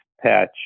patch